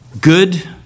good